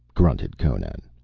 grunted conan,